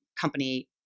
company